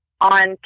on